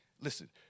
listen